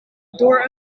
door